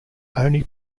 only